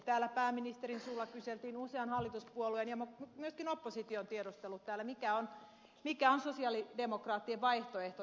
täällä pääministerin suulla kyseltiin usean hallituspuolueen taholta ja myöskin oppositio on tiedustellut täällä mikä on sosialidemokraattien vaihtoehto